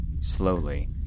slowly